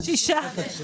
--- שישה תשלומים?